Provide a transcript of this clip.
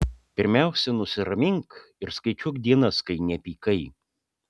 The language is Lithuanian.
pirmiausia nusiramink ir skaičiuok dienas kai nepykai